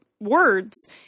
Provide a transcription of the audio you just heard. words